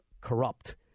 corrupt